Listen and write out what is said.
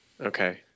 Okay